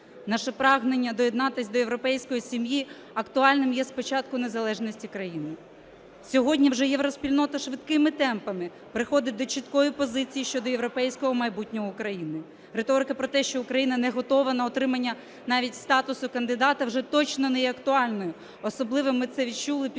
Наше прагнення доєднатись до європейської сім'ї актуальним є з початку незалежності країни. Сьогодні вже євроспільнота швидкими темпами приходить до чіткої позиції щодо європейського майбутнього України. Риторика про те, що Україна не готова на отримання навіть статусу кандидата вже точно не є актуальною, особливо ми це відчули під час